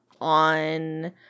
on